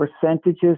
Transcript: percentages